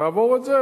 נעבור את זה.